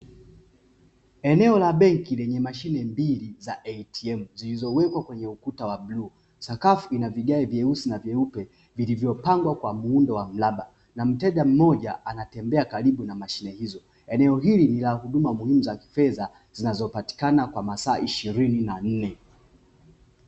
Eneo la benki lenye mashine mbili za ATM zilizowekwa kwenye ukuta wa bluu. Sakafu ina vigae vyeusi na vyeupe vilivyopangwa kwa muundo wa mraba na mteja mmoja anatembea karibu na mashine hizo. Eneo hili ni la huduma muhimu za kifedha zinazopatikana masaa ishirini na nne.